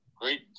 great